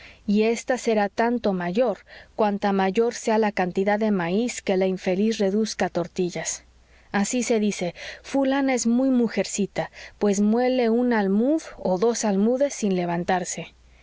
y ésta será tanto mayor cuanta mayor sea la cantidad de maíz que la infeliz reduzca a tortillas así se dice fulana es muy mujercita pues muele un almud o dos almudes sin levantarse